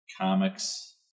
comics